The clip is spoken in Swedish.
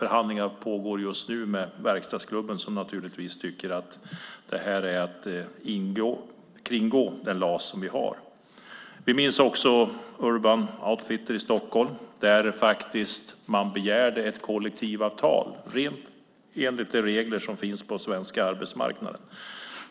Förhandlingar pågår just nu med verkstadsklubben, som naturligtvis tycker att det är att kringgå LAS. Vi minns också Urban Outfitters i Stockholm där de anställda begärde ett kollektivavtal helt enligt de regler som finns på den svenska arbetsmarknaden.